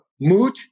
mood